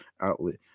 outlet